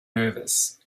nervous